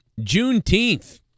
Juneteenth